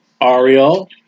Ariel